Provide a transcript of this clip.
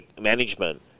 management